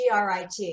GRIT